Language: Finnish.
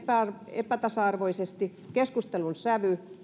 epätasa arvoisesti keskustelun sävy